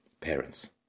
parents